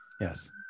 yes